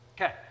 okay